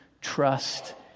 trust